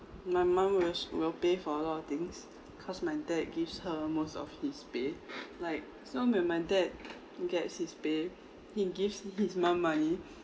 my mom was will pay for a lot of things cause my dad gives her most of his pay like so when my dad gets his pay he gives his mom money